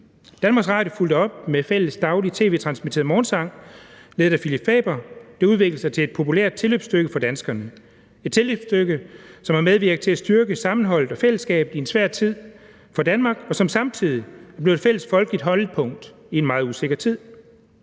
Danmarks Radio fulgte op med daglig fælles tv-transmitteret morgensang ledet af Philip Faber. Det udviklede sig til et populært tilløbsstykke for danskerne – et tilløbsstykke, som er medvirkende til at styrke sammenholdet og fællesskabet i en svær tid for Danmark, og som samtidig blev et fælles folkeligt holdepunkt i en meget usikker tid.